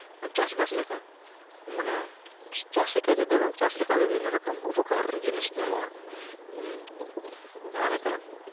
ᱚᱱᱟ ᱪᱟᱥᱵᱟᱥ ᱞᱮᱠᱟ ᱢᱟᱱᱮ ᱛᱟᱥ ᱮᱠᱟᱭ ᱛᱮᱫᱚ ᱵᱟᱝ ᱪᱟᱥ ᱮᱠᱟᱭ ᱛᱮ ᱵᱤᱵᱷᱤᱱᱱᱚ ᱨᱚᱠᱚᱢ ᱩᱯᱚᱠᱟᱨ ᱡᱤᱱᱤᱥ ᱧᱟᱢᱚᱜᱼᱟ ᱡᱟᱦᱟᱸᱞᱮᱠᱟ